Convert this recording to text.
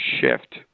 shift